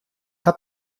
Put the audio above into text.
habe